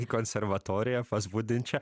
į konservatoriją pas budinčią